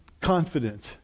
confident